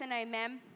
amen